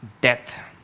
death